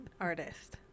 artist